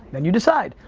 then you decide.